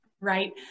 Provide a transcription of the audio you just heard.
right